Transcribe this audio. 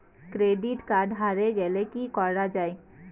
Credit card হারে গেলে কি করা য়ায়?